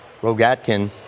Rogatkin